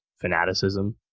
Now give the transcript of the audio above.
fanaticism